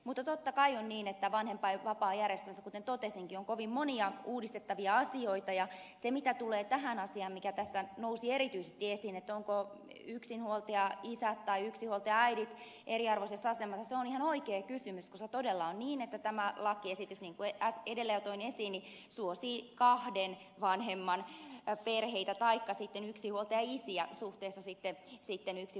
mutta totta kai on niin että vanhempainvapaajärjestelmässä kuten totesinkin on kovin monia uudistettavia asioita ja se mitä tulee tähän asiaan mikä tässä nousi erityisesti esiin ovatko yksinhuoltajaisät tai yksinhuoltajaäidit eriarvoisessa asemassa se on ihan oikea kysymys koska todella on niin että tämä lakiesitys niin kuin edellä jo toin esiin suosii kahden vanhemman perheitä taikka sitten yksinhuoltajaisiä suhteessa sitten yksinhuoltajaäiteihin